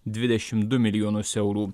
dvidešim du milijonus eurų